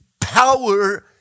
power